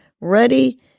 Ready